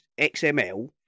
XML